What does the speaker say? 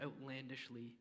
outlandishly